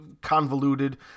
convoluted